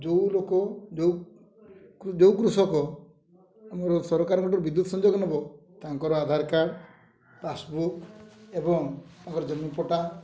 ଯେଉଁ ଲୋକ ଯେଉଁ ଯେଉଁ କୃଷକ ଆମର ସରକାରଙ୍କଠୁ ବିଦ୍ୟୁତ ସଂଯୋଗ ନବ ତାଙ୍କର ଆଧାର କାର୍ଡ଼ ପାସବୁକ୍ ଏବଂ ତାଙ୍କର ଜନ୍ମ ପଟା